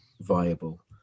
viable